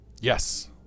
Yes